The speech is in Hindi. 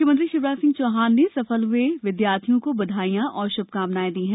मुख्यमंत्री शिवराज सिंह चौहान ने सफल हुए विद्यार्थियों को बधाई और शुभकामनाएं दी हैं